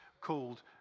called